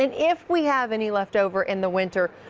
and if we have any leftover in the winter,